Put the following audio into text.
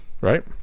right